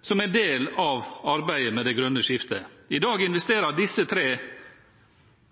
som en del av arbeidet med det grønne skiftet. I dag investerer disse tre